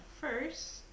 first